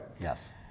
yes